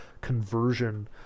conversion